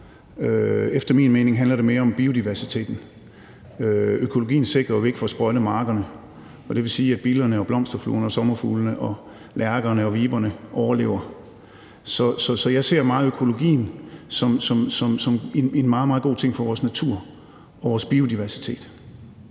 Efter min mening handler det mere om biodiversiteten. Økologien sikrer, at vi ikke får sprøjtet markerne, og det vil sige, at billerne og blomsterfluerne og sommerfuglene og lærkerne og viberne overlever. Så jeg ser meget økologien som en meget, meget god ting for vores natur og vores biodiversitet.